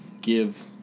give